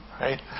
right